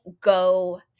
go